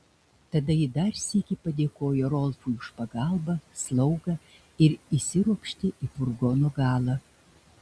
tada ji dar sykį padėkojo rolfui už pagalbą slaugą ir įsiropštė į furgono galą